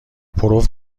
پرو